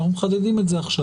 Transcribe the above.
אנחנו מחדדים את זה עכשיו.